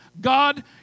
God